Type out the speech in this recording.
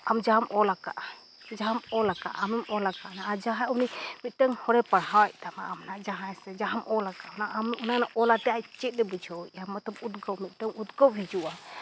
ᱟᱢ ᱡᱟᱦᱟᱸᱢ ᱚᱞᱟᱠᱟᱫᱼᱟ ᱠᱤ ᱡᱟᱦᱟᱸᱢ ᱚᱞᱟᱠᱟᱜᱼᱟ ᱟᱢᱮᱢ ᱚᱞᱟᱠᱟᱫᱼᱟ ᱟᱨ ᱡᱟᱦᱟᱸ ᱩᱱᱤ ᱢᱤᱫᱴᱟᱝ ᱦᱚᱲᱮ ᱯᱟᱲᱦᱟᱣᱮᱫ ᱛᱟᱢᱟ ᱟᱢ ᱚᱱᱟ ᱡᱟᱦᱟᱸᱭ ᱥᱮ ᱡᱟᱦᱟᱸᱢ ᱚᱞᱟᱠᱟᱫᱼᱟ ᱚᱱᱟ ᱟᱢ ᱚᱞᱟᱛᱮᱫ ᱟᱡᱽ ᱪᱮᱫᱼᱮ ᱵᱩᱡᱷᱟᱹᱣᱮᱜᱼᱟ ᱢᱚᱛᱞᱚᱵᱽ ᱩᱫᱽᱜᱟᱹᱣ ᱢᱤᱫᱴᱤᱡᱽ ᱩᱫᱽᱜᱟᱹᱣ ᱦᱤᱡᱩᱜᱼᱟ